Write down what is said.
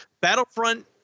battlefront